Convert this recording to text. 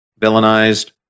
villainized